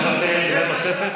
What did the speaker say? יש לו עמדה נוספת